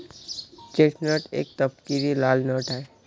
chestnut एक तपकिरी लाल नट आहे